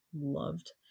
loved